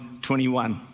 21